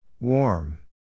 Warm